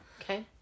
Okay